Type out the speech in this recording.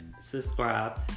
subscribe